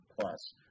plus